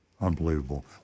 unbelievable